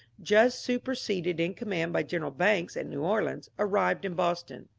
just superseded in command by general banks at new or leans, arrived in boston.